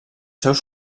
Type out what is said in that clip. seus